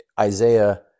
Isaiah